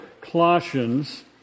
Colossians